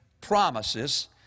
promises